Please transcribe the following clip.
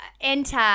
enter